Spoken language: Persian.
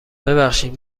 ببخشید